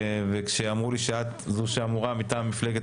וכשאמרו לי שאת זו שאמורה להיות מטעם מפלגת